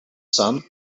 sun